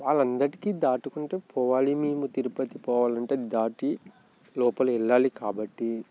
వాళ్ళందరికీ దాటుకుంటూ పోవాలి మేము తిరుపతి పోవాలంటే దాటి లోపల వెళ్ళాలి కాబట్టి